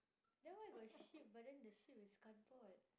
then why got sheep but then the sheep is cardboard